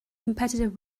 competitive